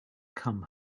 come